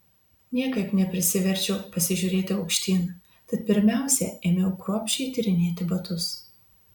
niekaip neprisiverčiau pasižiūrėti aukštyn tad pirmiausia ėmiau kruopščiai tyrinėti batus